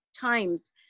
times